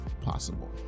possible